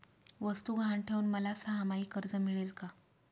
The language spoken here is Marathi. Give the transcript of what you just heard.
वस्तू गहाण ठेवून मला सहामाही कर्ज मिळेल का?